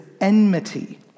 enmity